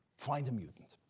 find a mutant.